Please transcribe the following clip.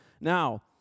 Now